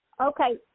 Okay